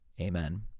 Amen